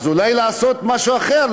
אז אולי לעשות משהו אחר,